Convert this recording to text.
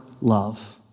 love